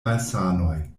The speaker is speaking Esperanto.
malsanoj